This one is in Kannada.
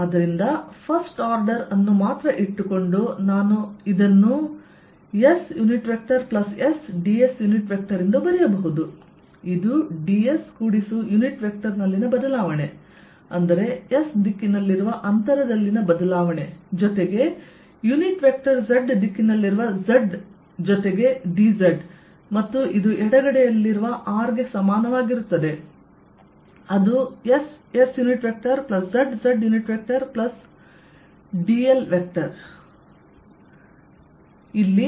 ಆದ್ದರಿಂದ ಫಸ್ಟ್ ಆರ್ಡರ್ ಅನ್ನು ಮಾತ್ರ ಇಟ್ಟುಕೊಂಡು ನಾನು ಇದನ್ನು ssds ಎಂದು ಬರೆಯಬಹುದು ಇದು ds ಕೂಡಿಸು ಯುನಿಟ್ ವೆಕ್ಟರ್ ನಲ್ಲಿನ ಬದಲಾವಣೆ ಅಂದರೆ S ದಿಕ್ಕಿನಲ್ಲಿರುವ ಅಂತರದಲ್ಲಿನ ಬದಲಾವಣೆ ಜೊತೆಗೆ ಯುನಿಟ್ ವೆಕ್ಟರ್ z ದಿಕ್ಕಿನಲ್ಲಿರುವ Z ಜೊತೆಗೆ dz ಮತ್ತು ಇದು ಎಡಗಡೆಯಲ್ಲಿರುವ r ಗೆ ಸಮಾನವಾಗಿರುತ್ತದೆ ಅದು sszzdl